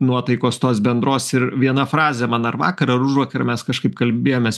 nuotaikos tos bendros ir viena frazė man ar vakar ar užvakar mes kažkaip kalbėjomės